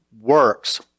works